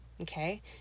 Okay